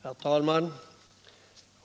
Herr talman!